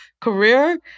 career